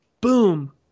boom